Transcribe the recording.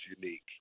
unique